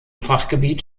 fachgebiet